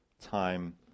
time